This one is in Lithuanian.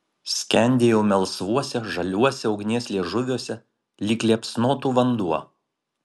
skendėjo melsvuose žaliuose ugnies liežuviuose lyg liepsnotų vanduo